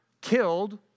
killed